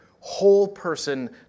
whole-person